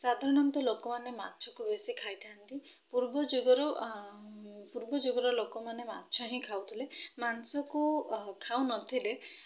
ସାଧାରଣତଃ ଲୋକମାନେ ମାଛକୁ ବେଶୀ ଖାଇଥାନ୍ତି ପୂର୍ବ ଯୁଗରୁ ପୂର୍ବ ଯୁଗର ଲୋକମାନେ ମାଛ ହିଁ ଖାଉଥିଲେ ମାଂସକୁ ଖାଉନଥିଲେ